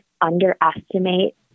underestimate